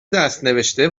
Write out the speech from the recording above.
دستنوشته